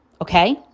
okay